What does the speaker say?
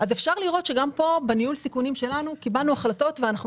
אפשר לראות שגם כאן בניהול סיכונים שלנו קיבלנו החלטות ואנחנו